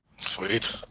sweet